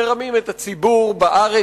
מרמים את הציבור בארץ,